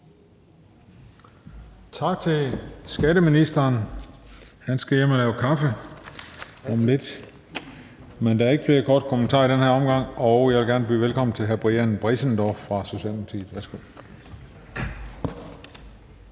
Tak til skatteministeren. Han skal hjem og lave kaffe om lidt, men der er ikke flere korte bemærkninger i denne omgang. Jeg vil gerne byde velkommen til hr. Brian Bressendorff fra Socialdemokratiet.